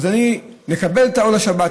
אז אני מקבל את עול השבת,